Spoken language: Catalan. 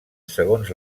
segons